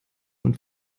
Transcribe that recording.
und